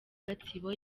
gatsibo